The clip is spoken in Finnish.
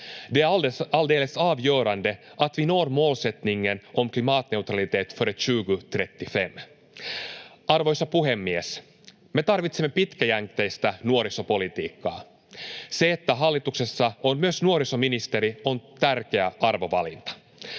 Det är alldeles avgörande att vi når målsättningen om klimatneutralitet före 2035. Arvoisa puhemies! Me tarvitsemme pitkäjänteistä nuorisopolitiikkaa. Se, että hallituksessa on myös nuorisoministeri, on tärkeä arvovalinta.